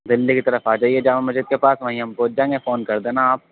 دلّی کی طرف آ جائیے جامع مسجد کے پاس وہیں ہم پہنچ جائیں گے فون کر دینا آپ